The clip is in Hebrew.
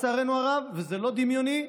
לצערנו הרב וזה לא דמיוני,